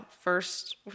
first